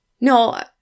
No